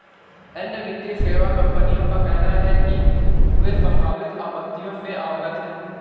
अन्य वित्तीय सेवा कंपनियों का कहना है कि वे संभावित आपत्तियों से अवगत हैं